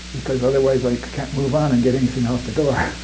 because otherwise i can't move on and get anything out the door.